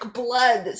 blood